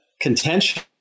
contention